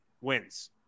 wins